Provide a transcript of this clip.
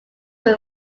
who